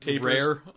rare